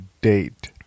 date